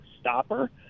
stopper